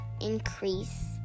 increase